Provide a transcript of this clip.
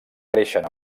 creixen